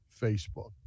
facebook